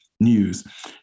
news